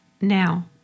now